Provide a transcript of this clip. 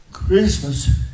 Christmas